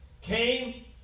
came